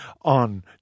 on